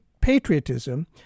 patriotism